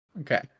Okay